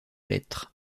lettre